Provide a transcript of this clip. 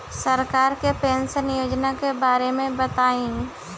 सरकार के पेंशन योजना के बारे में बताईं?